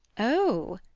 oh!